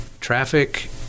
Traffic